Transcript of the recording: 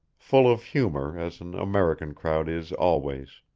full of humor as an american crowd is always.